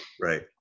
right